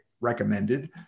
recommended